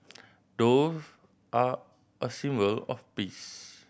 dove are a of peace